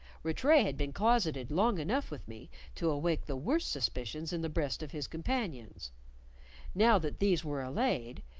rattray had been closeted long enough with me to awake the worst suspicions in the breasts of his companions now that these were allayed,